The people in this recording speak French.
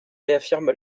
réaffirme